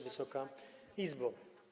Wysoka Izbo!